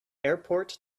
airport